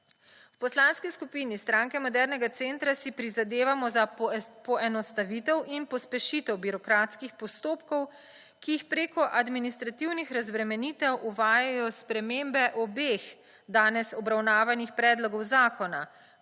V Poslanski skupini Stranke modernega centra si prizadevamo za poenostavitev in pospešitev birokratskih postopkov, ki jih preko administrativnih razbremenitev uvejajo spremembe obeh danes obravnavanih predlogov zakona,